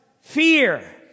fear